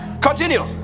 Continue